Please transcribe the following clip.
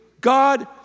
God